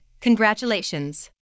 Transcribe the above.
Congratulations